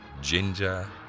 Ginger